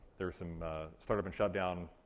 there's some startup and shutdown